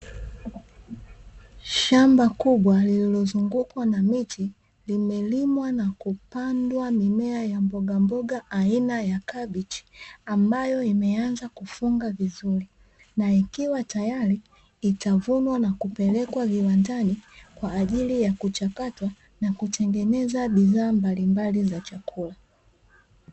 Shamba kubwa lililozungukwa na miti vimelimwa na kupandwa mimea ya mbogamboga aina ya kabichi, ambayo imeanza kufunga vizuri na ikiwa tayari itavunwa na kupelekwa viwandani, kwa ajili ya kuchakatwa na kutengeneza bidhaa mbalimbali za chakula.